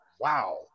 Wow